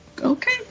Okay